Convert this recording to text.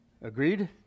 Agreed